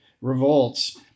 revolts